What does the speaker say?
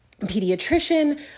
pediatrician